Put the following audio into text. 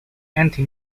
anti